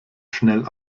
schnell